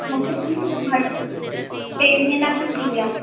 मुखे थी विया ॿ टे महिना खनि थी विया